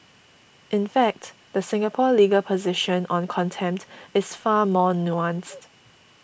in fact the Singapore legal position on contempt is far more nuanced